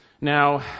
Now